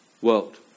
world